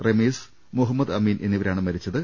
റെമീസ് മുഹമ്മദ് അമീൻ എന്നിവരാണ് മരിച്ചത്